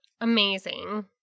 amazing